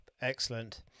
Excellent